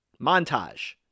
Montage